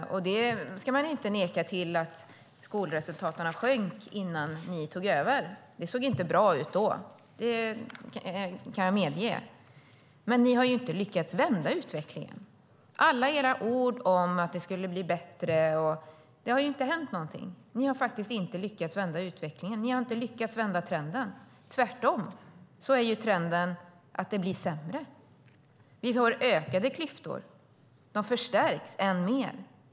Man ska inte neka till att skolresultaten sjönk också innan ni tog över. Det såg inte bra ut då; det kan jag medge. Men ni har inte lyckats vända utvecklingen. Vi hör alla era ord om att det skulle bli bättre, men det har inte hänt någonting. Ni har inte lyckats vända utvecklingen. Ni har inte lyckats vända trenden. Tvärtom är trenden att det blir sämre. Vi får ökade klyftor. De förstärks ännu mer.